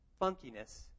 funkiness